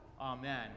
amen